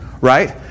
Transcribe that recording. Right